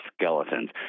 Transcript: skeletons